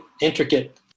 intricate